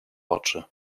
oczy